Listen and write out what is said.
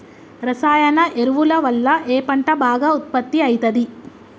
రసాయన ఎరువుల వల్ల ఏ పంట బాగా ఉత్పత్తి అయితది?